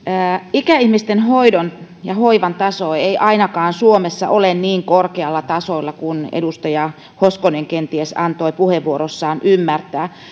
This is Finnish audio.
ikäihmisten hoidon ja hoivan taso ei ainakaan suomessa ole niin korkealla tasolla kuin edustaja hoskonen kenties antoi puheenvuorossaan ymmärtää